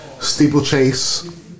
steeplechase